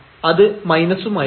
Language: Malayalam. അത് മൈനസും ആയിരിക്കും